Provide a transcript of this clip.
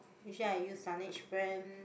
usually I use Laneige brand